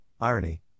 irony